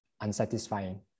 unsatisfying